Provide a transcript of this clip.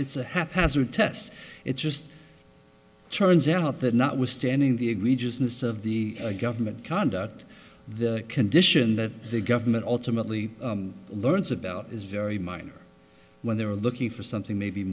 it's a haphazard test it just turns out that not withstanding the egregiousness of the government conduct the condition that the government ultimately learns about is very minor when they're looking for something maybe